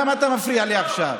למה אתה מפריע לי עכשיו?